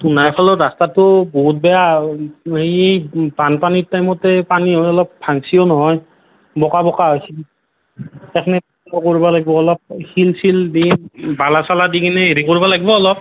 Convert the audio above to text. নাই ক'লেও ৰাস্তাটো বহুত বেয়া ই বানপানী টাইমতে পানী হৈ অলপ ভাংচিও নহয় বোকা বোকা হৈছি কৰ্বা লাগব অলপ শিল চিল দি বালা চালা দি কিনে হেৰি কৰ্ব লাগ্ব অলপ